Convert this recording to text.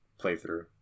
playthrough